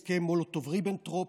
הסכם מולוטוב-ריבנטרופ,